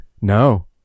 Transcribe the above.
No